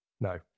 no